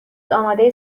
آماده